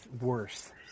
worse